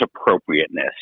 appropriateness